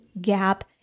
gap